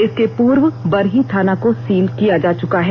इसके पूर्व बरही थाना को सील किया जा चुका है